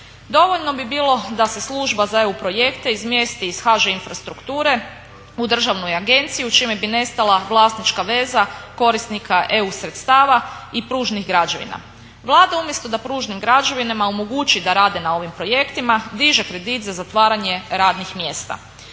Dovoljno bi bilo da se Služba za EU projekte izmjesti iz HŽ Infrastrukture u državnu agenciju čime bi nestala vlasnička veza korisnika EU sredstava i Pružnih građevina. Vlada umjesto da Pružnim građevinama omogući da rade na ovim projektima diže kredit za zatvaranje radnih mjesta